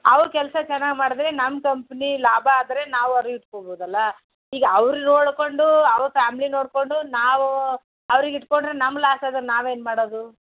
ಅವ್ರ ಕೆಲಸ ಚೆನ್ನಾಗಿ ಮಾಡಿದರೆ ನಮ್ಮ ಕಂಪ್ನಿ ಲಾಭ ಆದರೆ ನಾವು ಅವ್ರು ಇಟ್ಕೋಬೋದಲ್ಲ ಈಗ ಅವರು ನೋಡಿಕೊಂಡು ಅವ್ರ ಫ್ಯಾಮ್ಲಿ ನೋಡಿಕೊಂಡು ನಾವು ಅವ್ರಿಗೆ ಇಟ್ಕೊಂಡ್ರೆ ನಮ್ಮ ಲಾಸ್ ಆದರೆ ನಾವೇನು ಮಾಡೋದು